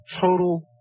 total